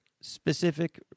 specific